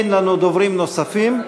אין לנו דוברים נוספים.